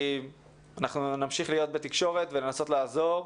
נמשיך להיות בתקשורת וננסה לעזור.